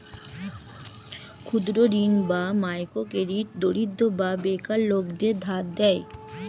ক্ষুদ্র ঋণ বা মাইক্রো ক্রেডিট দরিদ্র বা বেকার লোকদের ধার দেয়